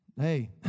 hey